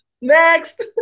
Next